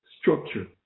structure